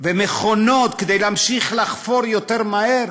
ומכונות כדי להמשיך לחפור יותר מהר,